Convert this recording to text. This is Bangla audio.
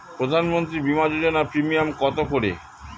প্রধানমন্ত্রী বিমা যোজনা প্রিমিয়াম কত করে?